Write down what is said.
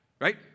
right